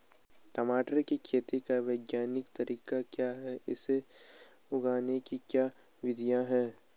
टमाटर की खेती का वैज्ञानिक तरीका क्या है इसे उगाने की क्या विधियाँ हैं?